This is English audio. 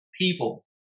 people